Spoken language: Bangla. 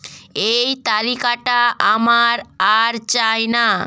এই তালিকাটা আমার আর চাই না